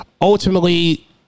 ultimately